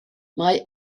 mae